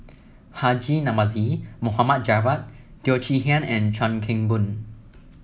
Haji Namazie Mohd Javad Teo Chee Hean and Chuan Keng Boon